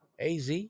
AZ